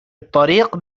الطريق